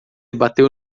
bateu